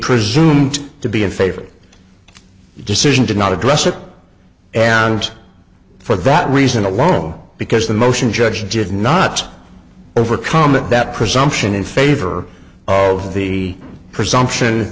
presumed to be in favor the decision did not address it and for that reason alone because the motion judge did not overcome that presumption in favor of the presumption